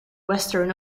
western